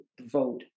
vote